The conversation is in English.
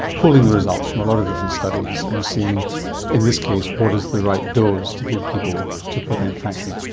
pooling the results of a lot of different studies and seeing in this case what is the right dose to give people to prevent fractures?